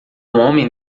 homem